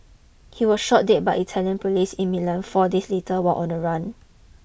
he was shot dead by Italian police in Milan four days later while on the run